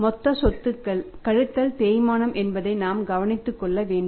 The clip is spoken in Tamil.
மொத்த சொத்துக்கள் கழித்தல் தேய்மானம் என்பதை நாம் கவனித்துக் கொள்ள வேண்டும்